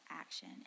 action